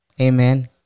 Amen